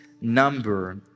number